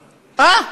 אה?